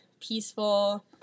peaceful